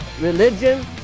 religion